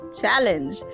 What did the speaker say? challenge